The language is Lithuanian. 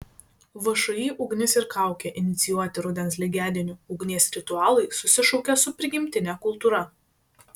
všį ugnis ir kaukė inicijuoti rudens lygiadienių ugnies ritualai susišaukia su prigimtine kultūra